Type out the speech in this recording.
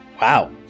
Wow